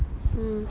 mm